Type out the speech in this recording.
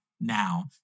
now